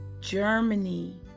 Germany